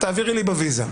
תעבירי לי בוויזה.